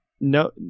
no